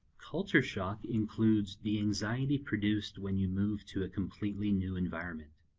culture shock includes the anxiety produced when you move to a completely new environment.